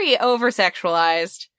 over-sexualized